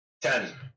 Ten